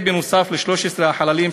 במיוחד השימוש בנשק חם,